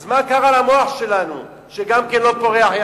אז מה קרה למוח שלנו שלא פורח גם כן,